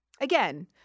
again